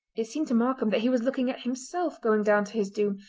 it seemed to markam that he was looking at himself going down to his doom,